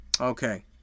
Okay